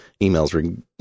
emails